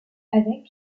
avec